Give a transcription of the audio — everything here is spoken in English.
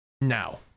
Now